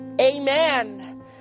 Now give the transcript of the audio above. Amen